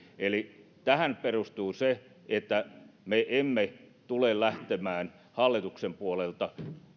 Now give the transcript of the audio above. eli tähän perustuu se että me emme tule lähtemään hallituksen puolelta